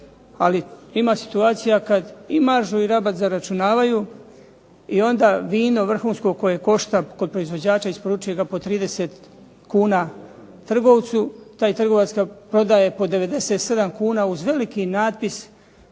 Ali ima situacija kada i maržu i rabat zaračunavaju i onda vino koje košta kod proizvođača isporučuje ga po 30 kuna trgovcu, taj trgovac ga prodaje po 97 kuna uz veliki natpis